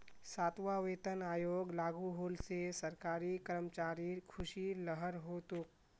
सातवां वेतन आयोग लागू होल से सरकारी कर्मचारिर ख़ुशीर लहर हो तोक